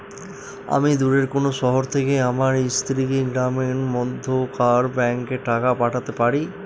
আমি দূরের কোনো শহর থেকে আমার স্ত্রীকে গ্রামের মধ্যেকার ব্যাংকে টাকা পাঠাতে পারি?